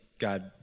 God